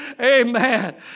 Amen